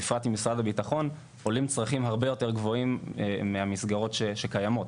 בפרט ממשרד הביטחון עולים צרכים הרבה יותר גבוהים מהמסגרות שקיימות,